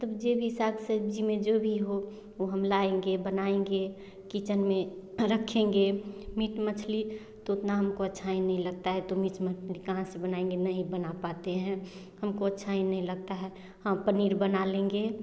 मतलब जे भी साग सब्ज़ी मे जो भी हो वह हम लाएँगे बनाएँगे किचेन में रखेंगे मीट मछली तो उतना हमको अच्छा ही नहीं लगता है तो मीट मछली कहा से बनाएँगे नहीं बना पाते है हमको अच्छा ही नहीं लगता है ह पनीर बनालेंगे